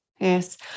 Yes